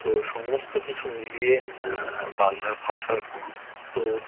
তো সমস্ত কিছু মিলিয়ে বাংলা ভাষার গুরুত্ব